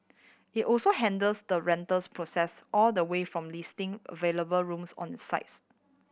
it also handles the rentals process all the way from listing available rooms on its sites